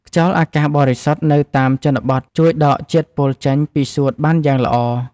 ខ្យល់អាកាសបរិសុទ្ធនៅតាមជនបទជួយដកជាតិពុលចេញពីសួតបានយ៉ាងល្អ។